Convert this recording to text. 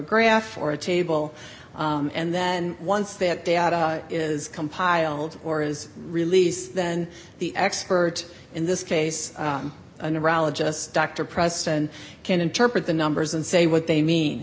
graph or a table and then once that data is compiled or is released then the experts in this case a neurologist dr preston can interpret the numbers and say what they mean